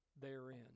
therein